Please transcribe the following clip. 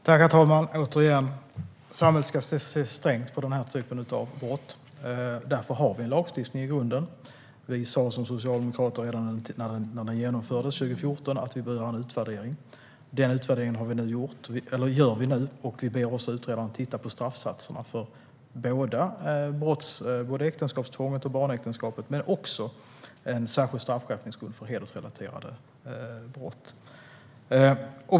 Svar på interpellationer Herr talman! Återigen: Samhället ska se strängt på den här typen av brott. Därför har vi lagstiftning i grunden. Vi socialdemokrater sa redan när lagen infördes 2014 att vi behövde göra en utvärdering. Den utvärderingen gör vi nu. Vi ber utredaren att titta på straffsatserna för både äktenskapstvång och barnäktenskap men också på en särskild straffskärpningsgrund för hedersrelaterade brott.